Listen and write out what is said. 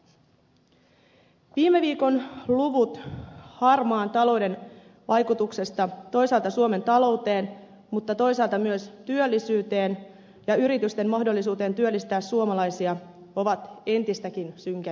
viime viikon luvut harmaan talouden vaikutuksesta toisaalta suomen talouteen mutta toisaalta myös työllisyyteen ja yritysten mahdollisuuteen työllistää suomalaisia ovat entistäkin synkempiä